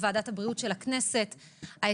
ועדת הבריאות של הכנסת העשרים-וארבע.